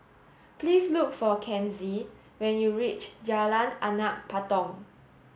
please look for Kenzie when you reach Jalan Anak Patong